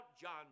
John